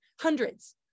hundreds